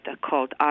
called